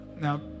now